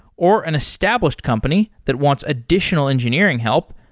or an established company that wants additional engineering help,